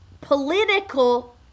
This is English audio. political